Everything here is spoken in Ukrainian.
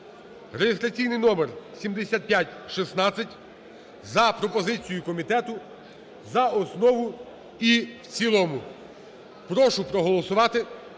(реєстраційний номер 7516) за пропозицією комітету за основу і в цілому. Прошу проголосувати.